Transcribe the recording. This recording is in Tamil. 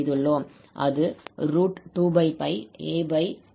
அது 2 aa22 ஆக இருக்கும்